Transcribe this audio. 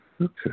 Okay